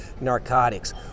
narcotics